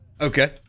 Okay